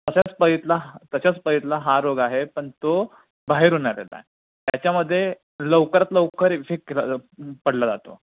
तसंच पहित्ला तसंच पहित्ला हा रोग आहे पण तो बाहेरून आलेला आहे त्याच्यामध्ये लवकरात लवकर इफेक्ट केला पडला जातो